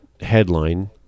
headline